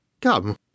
Come